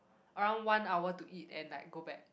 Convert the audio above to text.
around one hour to eat and like go back